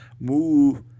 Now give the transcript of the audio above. move